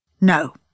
No